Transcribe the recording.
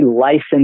licensed